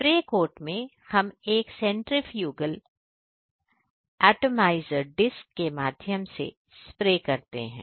spray cart में हम एक सेंट्रीफ्यूगल एटमाइज़र डिस्क के माध्यम से स्प्रे करते हैं